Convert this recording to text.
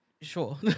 Sure